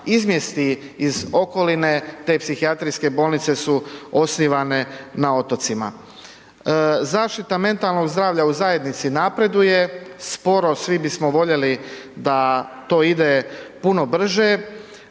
izmjesti iz okoline te psihijatrijske bolnice su osnivane na otocima. Zaštita mentalnog zdravlja u zajednici napreduje, sporo, svi bismo voljeli da to ide puno brže,